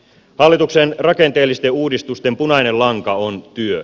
hallituksen rakenteellisten uudistusten punainen lanka on työ